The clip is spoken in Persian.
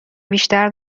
بیشتر